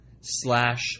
slash